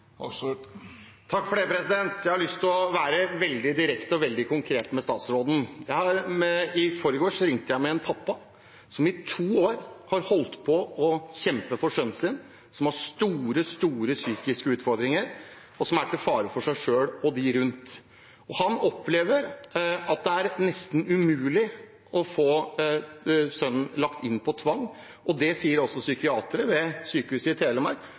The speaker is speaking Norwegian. Jeg har lyst til å være veldig direkte og veldig konkret mot statsråden. Jeg hadde i forgårs en telefonsamtale med en pappa som i to år har holdt på å kjempe for sønnen sin, som har store, store psykiske utfordringer, og som er til fare for seg selv og dem rundt seg. Han opplever at det er nesten umulig å få sønnen lagt inn på tvang – og det sier også psykiatere ved Sykehuset Telemark,